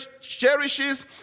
cherishes